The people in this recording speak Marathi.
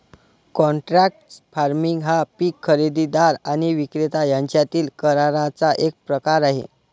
कॉन्ट्रॅक्ट फार्मिंग हा पीक खरेदीदार आणि विक्रेता यांच्यातील कराराचा एक प्रकार आहे